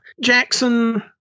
Jackson